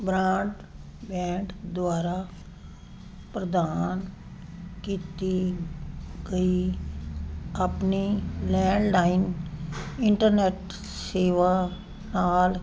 broadband ਦੁਆਰਾ ਪ੍ਰਦਾਨ ਕੀਤੀ ਗਈ ਆਪਣੀ ਲੈਂਡਲਾਈਨ ਇੰਟਰਨੈਟ ਸੇਵਾ ਨਾਲ